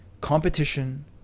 Competition